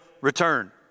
return